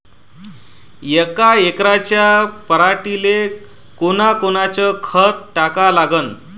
यका एकराच्या पराटीले कोनकोनचं खत टाका लागन?